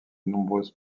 nombreuse